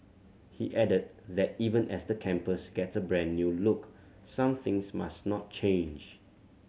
he added that even as the campus gets a brand new look some things must not change